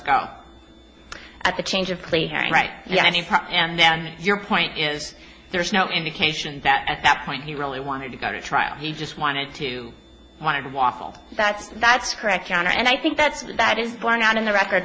go at the change of clearing right yeah i mean and then your point is there's no indication that at that point he really wanted to go to trial he just wanted to want to walk that's that's correct counter and i think that's that is borne out in the record